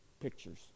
pictures